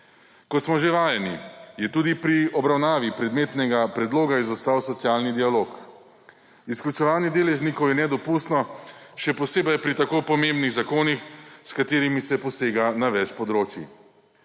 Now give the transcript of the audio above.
Kot smo že vajeni je tudi pri obravnavi predmetnega predloga izostal socialni dialog. Izključevanje deležnikov je nedopustno, še posebej pri tako pomembnih zakonih s katerimi se posega na več področij.